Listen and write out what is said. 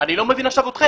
אני לא מבין אתכם.